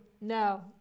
no